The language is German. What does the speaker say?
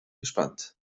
gespannt